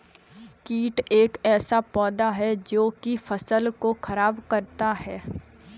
कीट एक ऐसा पौधा है जो की फसल को खराब करता है